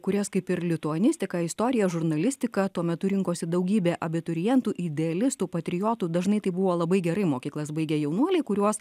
kurias kaip ir lituanistiką istoriją žurnalistiką tuo metu rinkosi daugybė abiturientų idealistų patriotų dažnai tai buvo labai gerai mokyklas baigę jaunuoliai kuriuos